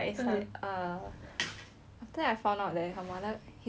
after that I found out that her mother her no his mother quite O_C_D [one]